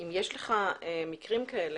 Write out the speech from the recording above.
אם יש לך מקרים כאלה,